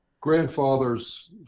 grandfather's